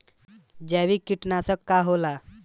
जैविक कीटनाशक का होला?